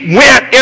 went